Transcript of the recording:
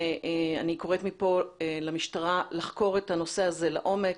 אני קוראת מפה למשטרה לחקור את הנושא הזה לעומק,